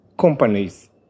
companies